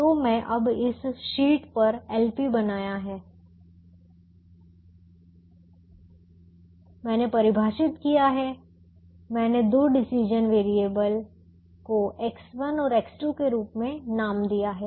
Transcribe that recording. तो मैंने अब इस शीट पर LP बनाया है मैंने परिभाषित किया है मैंने दो डिसीजन वेरिएबल decision variablesनिर्णय चर को X1 और X2 के रूप में नाम दिया है